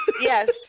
Yes